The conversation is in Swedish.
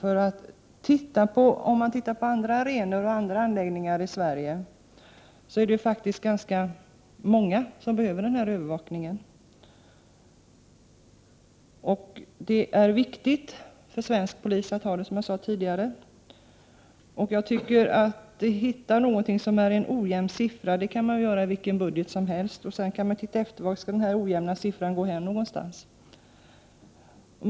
Det finns faktiskt ganska många anläggningar i Sverige som behöver den här sortens övervakning, och som jag sade är det viktigt att polisen har tillgång till bra utrustning. Det kan tilläggas att en ojämn siffra kan man hitta i vilken budget som helst, och sedan kan man då titta efter vad det ojämna beloppet skall användas till.